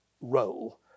role